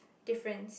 difference